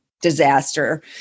disaster